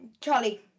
Charlie